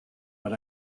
but